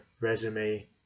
resume